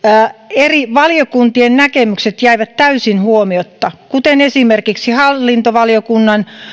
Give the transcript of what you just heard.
eri valiokuntien näkemykset jäivät täysin huomiotta kuten esimerkiksi hallintovaliokunnan